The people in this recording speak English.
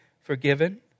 forgiven